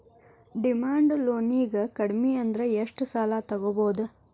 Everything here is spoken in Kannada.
ಡಿಮಾಂಡ್ ಲೊನಿಗೆ ಕಡ್ಮಿಅಂದ್ರ ಎಷ್ಟ್ ಸಾಲಾ ತಗೊಬೊದು?